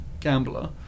Gambler